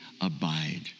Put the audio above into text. abide